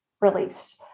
released